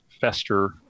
fester